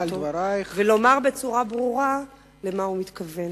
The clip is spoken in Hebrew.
ולומר בצורה ברורה למה הוא מתכוון.